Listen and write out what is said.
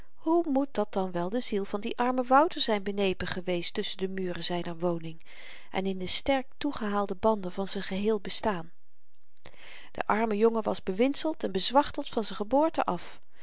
hoe moet dan wel de ziel van dien armen wouter zyn benepen geweest tusschen de muren zyner woning en in de sterk toegehaalde banden van z'n geheel bestaan de arme jongen was bewindseld en bezwachteld van z'n geboorte af